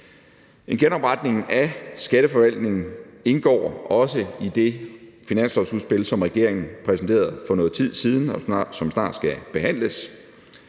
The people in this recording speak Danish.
En genopretning af Skatteforvaltningen indgår også i det finanslovsudspil, som regeringen præsenterede for noget tid siden, og som snart skal behandles.